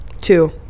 two